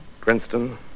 Princeton